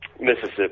Mississippi